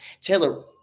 Taylor